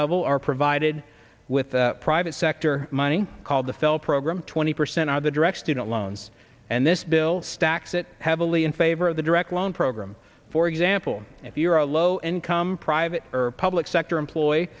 level are provided with private sector money called the fell program twenty percent are the direct student loans and this bill stacks it heavily in favor of the direct loan program for example if you're a low income private or public sector employ